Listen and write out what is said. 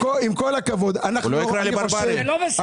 שלא יקרא לי ברברי.